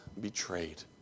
Betrayed